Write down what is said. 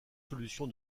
solution